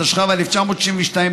התשכ"ב 1962,